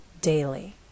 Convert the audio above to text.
daily